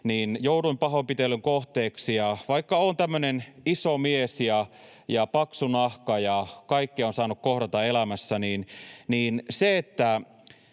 itse jouduin pahoinpitelyn kohteeksi, ja vaikka olen tämmöinen iso mies ja on paksu nahka ja kaikkea olen saanut kohdata elämässä, niin jo se, että